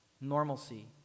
Normalcy